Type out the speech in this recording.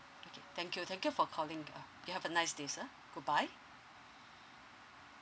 okay thank you thank you for calling ah you have a nice day sir goodbye